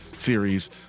series